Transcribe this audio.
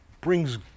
brings